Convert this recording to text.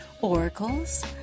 oracles